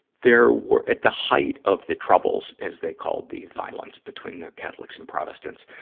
there were at the height of the troubles, as they called the violence between the catholics and protestants,